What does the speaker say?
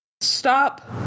Stop